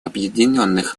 объединенных